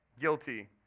guilty